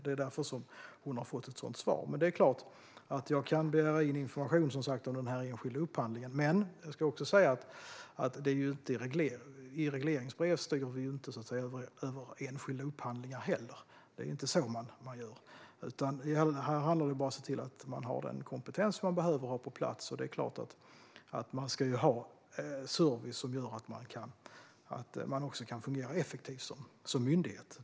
Det är därför som hon har fått ett sådant svar. Men det är klart att jag, som sagt, kan begära in information om denna enskilda upphandling. Men jag ska också säga att det inte är i regleringsbrev som vi styr över enskilda upphandlingar. Det är inte så det går till. Här handlar det bara om att se till att man har den kompetens som man behöver ha på plats. Det är klart att man ska ha den service som gör att man också kan fungera effektivt som myndighet.